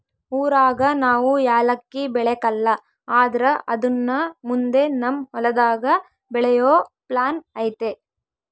ಊರಾಗ ನಾವು ಯಾಲಕ್ಕಿ ಬೆಳೆಕಲ್ಲ ಆದ್ರ ಅದುನ್ನ ಮುಂದೆ ನಮ್ ಹೊಲದಾಗ ಬೆಳೆಯೋ ಪ್ಲಾನ್ ಐತೆ